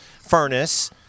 furnace